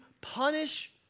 punish